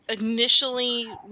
initially